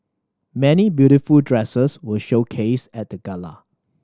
many beautiful dresses were showcased at the gala